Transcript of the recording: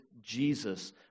Jesus